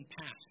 pass